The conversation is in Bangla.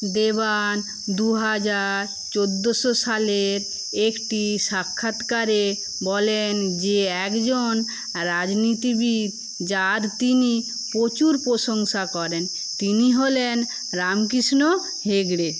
দেবান দু হাজার চোদ্দোশো সালের একটি সাক্ষাৎকারে বলেন যে একজন রাজনীতিবিদ যার তিনি প্রচুর প্রশংসা করেন তিনি হলেন রামকৃষ্ণ হেগড়ে